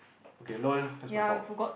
okay lol that's my fault